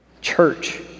church